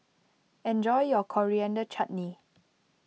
enjoy your Coriander Chutney